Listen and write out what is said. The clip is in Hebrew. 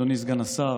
אדוני סגן השר,